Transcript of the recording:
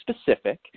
specific